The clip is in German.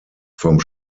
vom